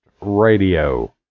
radio